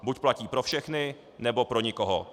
Buď platí pro všechny, nebo pro nikoho.